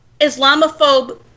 islamophobe